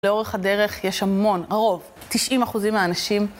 לאורך הדרך יש המון, הרוב, 90 אחוזים מהאנשים.